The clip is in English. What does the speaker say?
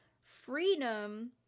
freedom